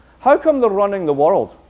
how come they're running the world?